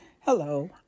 Hello